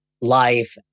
life